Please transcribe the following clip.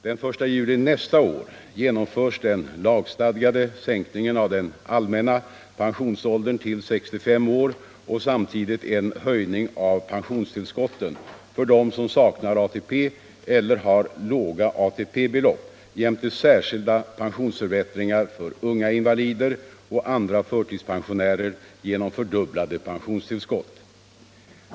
Den 1 juli nästa år genomförs den lagstadgade sänkningen av den allmänna pensionsåldern till 65 år och samtidigt en höjning av pensionstillskotten för dem som saknar ATP eller har låga ATP-belopp, jämte särskilda pensionsförbättringar för unga invalider och andra förtidspensionärer genom fördubblade pensionstillskott.